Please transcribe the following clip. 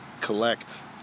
collect